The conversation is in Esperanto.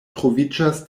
troviĝas